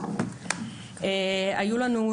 היו לנו,